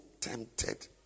tempted